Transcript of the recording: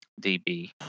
DB